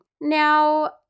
Now